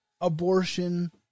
abortion